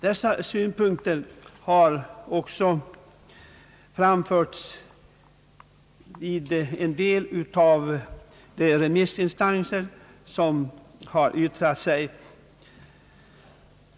Dessa synpunkter har också framförts av en del av de remissinstanser som yttrat sig.